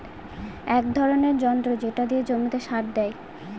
এক ধরনের যন্ত্র যেটা দিয়ে জমিতে সার দেয়